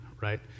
right